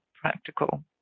practical